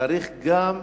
צריך גם